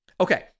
Okay